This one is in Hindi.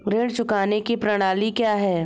ऋण चुकाने की प्रणाली क्या है?